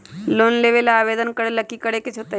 Loan लेबे ला आवेदन करे ला कि करे के होतइ?